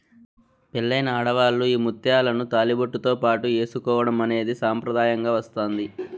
పెళ్ళైన ఆడవాళ్ళు ఈ ముత్యాలను తాళిబొట్టుతో పాటు ఏసుకోవడం అనేది సాంప్రదాయంగా వస్తాంది